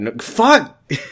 fuck